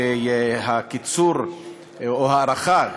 של הקיצור או ההארכה,